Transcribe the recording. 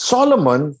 Solomon